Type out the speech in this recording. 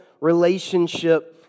relationship